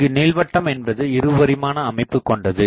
இங்கு நீள்வட்டம் என்பது இருபரிமாண அமைப்பு கொண்டது